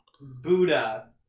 Buddha